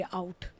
out